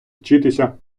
вчитися